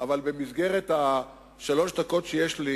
אבל במסגרת שלוש הדקות שיש לי